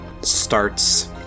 starts